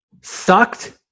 Sucked